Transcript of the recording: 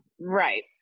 Right